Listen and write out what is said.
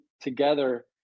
together